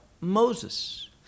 Moses